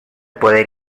poder